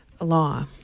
law